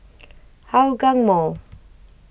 Hougang Mall